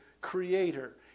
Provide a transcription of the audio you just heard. creator